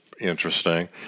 interesting